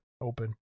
open